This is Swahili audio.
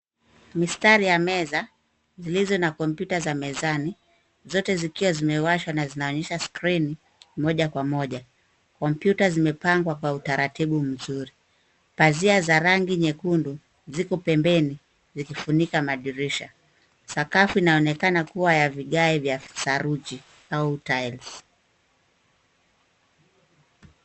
Mistari ya meza zilizo na kompyuta za mezani, zote zikiwa zimewashwa na zinaonyesha skrini moja kwa moja. Kompyuta zimepangwa kwa utaratibu mzuri. Pazia za rangi nyekundu ziko pembeni zikifunika madirisha. Sakafu inaonekana kuwa ya vigae vya saruji au tiles .